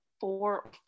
four